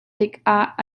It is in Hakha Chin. tikah